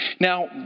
Now